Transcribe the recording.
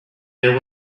there